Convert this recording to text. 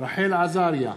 רחל עזריה,